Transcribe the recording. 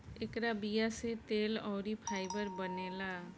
एकरा बीया से तेल अउरी फाइबर बनेला